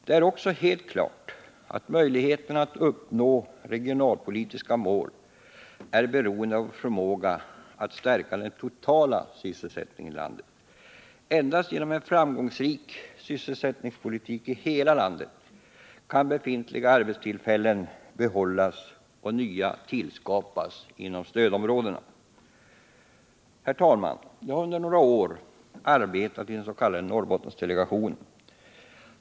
Det är också helt klart att möjligheten att uppnå regionalpolitiska mål är beroende av vår förmåga att stärka den totala sysselsättningen i landet. Endast genom en framgångsrik sysselsättningspolitik i hela landet kan befintliga arbetstillfällen behållas och nya tillskapas inom stödområdena. Herr talman! Jag har under några år arbetat i den s.k. Norrbottendelegationen.